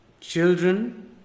children